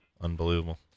Unbelievable